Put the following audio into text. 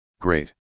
Great